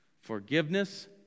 Forgiveness